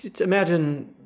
imagine